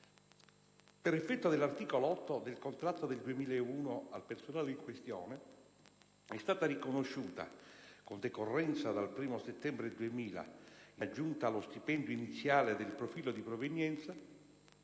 Per effetto dell'articolo 8 del contratto del 2001 al personale in questione è stato riconosciuto, con decorrenza dal 1° settembre 2000, in aggiunta allo stipendio iniziale del profilo di provenienza,